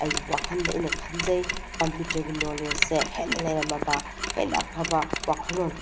ꯑꯩ ꯋꯥꯈꯜꯗ ꯑꯩꯅ ꯈꯟꯖꯩ ꯀꯝꯄ꯭ꯌꯨꯇ꯭ꯔꯒꯤ ꯅꯣꯂꯦꯖꯁꯦ ꯍꯦꯟꯅ ꯂꯩꯔꯝꯃꯕ ꯍꯦꯟꯅ ꯑꯐꯕ ꯋꯥꯈꯜꯂꯣꯟ